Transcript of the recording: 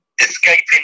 Escaping